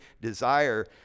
desire